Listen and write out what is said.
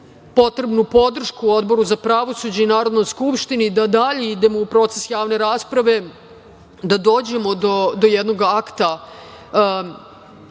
potrebnu podršku Odboru za pravosuđe i Narodnoj skupštini da dalje idemo u proces javne rasprave, da dođemo do jednog akta